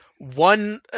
One